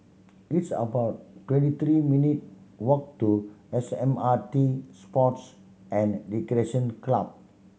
it's about twenty three minute walk to S M R T Sports and Recreation Club